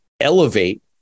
elevate